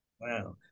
Wow